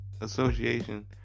association